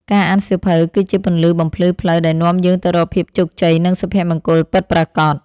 ការអានសៀវភៅ គឺជាពន្លឺបំភ្លឺផ្លូវដែលនាំយើងទៅរកភាពជោគជ័យ និងសុភមង្គលពិតប្រាកដ។